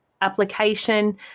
application